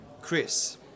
Chris